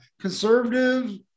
conservative